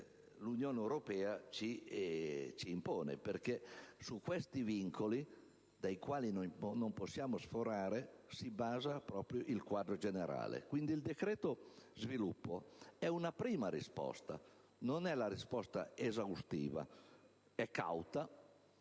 l'Unione europea ci impone. Infatti, su questi vincoli, dai quali non è possibile sforare, si basa il quadro generale. Quindi, il decreto sviluppo è una prima risposta, non è la risposta esaustiva. È cauta,